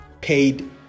Paid